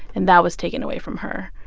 and that was taken away from her.